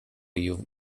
you